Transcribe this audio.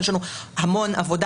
יש לנו המון עבודה,